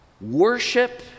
worship